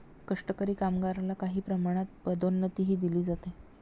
कष्टकरी कामगारला काही प्रमाणात पदोन्नतीही दिली जाते